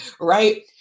right